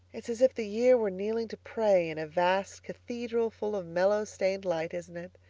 it's as if the year were kneeling to pray in a vast cathedral full of mellow stained light, isn't it?